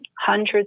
hundreds